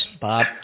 Bob